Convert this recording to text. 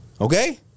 Okay